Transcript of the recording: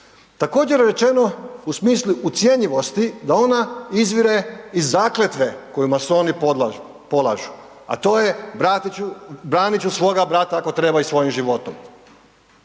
Također, je rečeno u smislu ucjenjivosti da ona izvire iz zakletve koju masoni polažu, a to je „branit ću svoga brata, ako treba i svojim životom“.